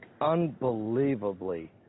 unbelievably